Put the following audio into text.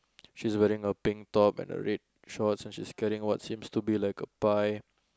she's wearing a pink top and a red shorts and she's carrying what seems to be like a pie